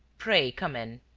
pray come in.